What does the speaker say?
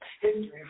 history